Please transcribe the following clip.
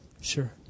Sure